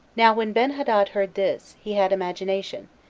now when benhadad heard this, he had indignation,